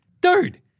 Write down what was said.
Dude